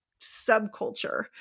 subculture